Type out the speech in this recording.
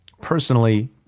personally